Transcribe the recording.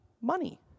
money